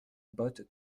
botte